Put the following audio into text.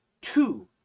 two